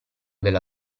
della